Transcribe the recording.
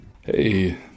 Hey